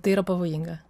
tai yra pavojinga